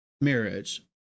marriage